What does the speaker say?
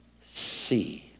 see